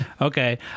Okay